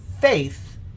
faith